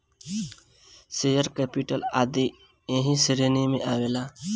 share capital आदी ऐही श्रेणी में आवेला